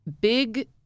big –